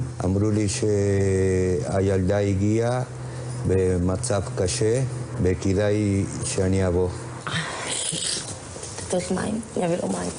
שמבטיח שהמציאות שבה אנחנו כבר יודעים שאחד מ-10